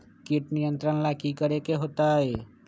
किट नियंत्रण ला कि करे के होतइ?